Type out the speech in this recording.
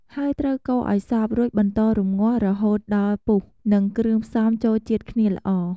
ហើយត្រូវកូរឱ្យសព្វ រួចបន្តរំងាស់រហូតដល់ពុះ និងគ្រឿងផ្សំចូលជាតិគ្នាល្អ។